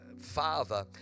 father